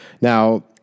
Now